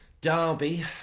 Derby